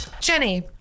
Jenny